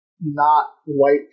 not-white